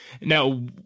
Now